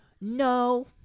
No